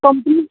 complete